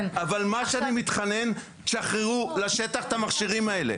אבל מה שאני מתחנן תשחררו לשטח את המכשירים האלה.